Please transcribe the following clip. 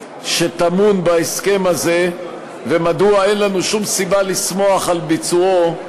שטמון בהסכם הזה ומדוע אין לנו שום סיבה לשמוח על ביצועו.